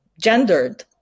gendered